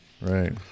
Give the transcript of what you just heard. Right